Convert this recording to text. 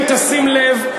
אם תשים לב,